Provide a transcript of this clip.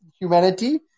humanity